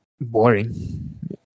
boring